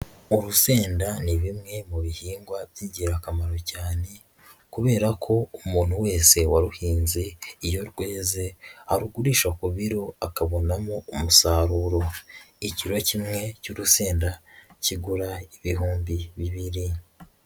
Urusenda ni bimwe mu bihingwa by'ingirakamaro cyane, kubera ko umuntu wese waruhinze iyo rweze arugurisha ku biro, akabonamo umusaruro. Ikiro kimwe cy'urusenda kigura ibihumbi bibiri.